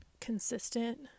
consistent